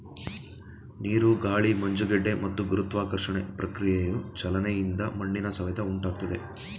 ನೀರು ಗಾಳಿ ಮಂಜುಗಡ್ಡೆ ಮತ್ತು ಗುರುತ್ವಾಕರ್ಷಣೆ ಪ್ರತಿಕ್ರಿಯೆಯ ಚಲನೆಯಿಂದ ಮಣ್ಣಿನ ಸವೆತ ಉಂಟಾಗ್ತದೆ